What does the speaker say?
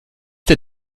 der